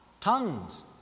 Tongues